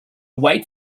wait